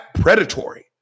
predatory